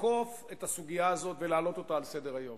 לתקוף את הסוגיה הזאת ולהעלות אותה על סדר-היום.